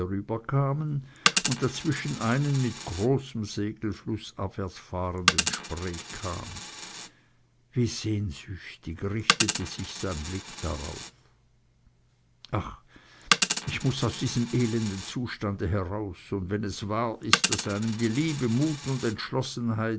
kamen und dazwischen einen mit großem segel flußabwärts fahrenden spreekahn wie sehnsüchtig richtete sich sein blick darauf ach ich muß aus diesem elenden zustande heraus und wenn es wahr ist daß einem die liebe mut und entschlossenheit